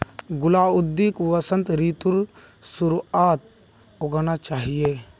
गुलाउदीक वसंत ऋतुर शुरुआत्त उगाना चाहिऐ